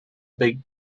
big